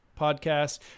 Podcast